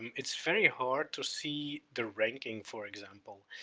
it's very hard to see the ranking for example.